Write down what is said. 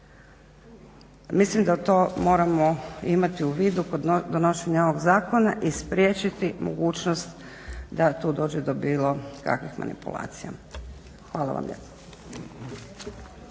Mislim da to moramo imati u vidu kod donošenja ovog zakona i spriječiti mogućnost da tu dođe do bilo kakvim manipulacija. Hvala vam